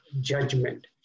judgment